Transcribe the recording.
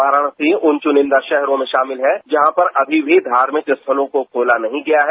वाराणसी उन चुनिंदा शहरों में शामिल है जहां पर अभी भी धार्मिक स्थलों को खोला नहीं गया है